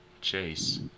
Chase